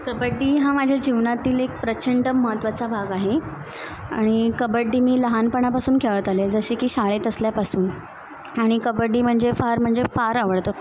कबड्डी हा माझ्या जीवनातील एक प्रचंड महत्त्वाचा भाग आहे आणि कबड्डी मी लहानपणापासून खेळत आले जसे की शाळेत असल्यापासून आणि कबड्डी म्हणजे फार म्हणजे फार आवडतं